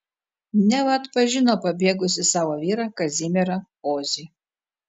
neva atpažino pabėgusį savo vyrą kazimierą kozį